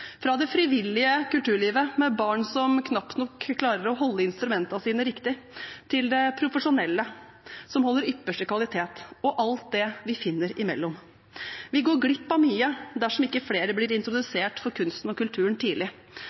fra det frivillige kulturlivet med barn som knapt nok klarer å holde instrumentene sine riktig, til det profesjonelle som holder ypperste kvalitet, og alt det vi finner imellom. Vi går glipp av mye dersom ikke flere blir introdusert for kunsten og kulturen tidlig.